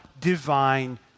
divine